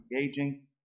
engaging